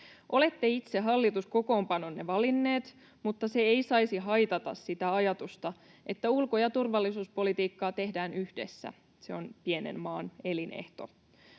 Olette itse hallituskokoonpanonne valinneet, mutta se ei saisi haitata sitä ajatusta, että ulko- ja turvallisuuspolitiikkaa tehdään yhdessä. Se on pienen maan elinehto.